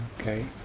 okay